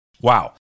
Wow